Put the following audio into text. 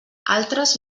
altres